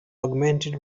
augmented